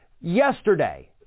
Yesterday